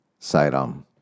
Sairam